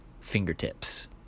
fingertips